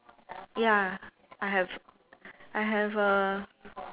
ya I have I have a